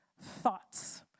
thoughts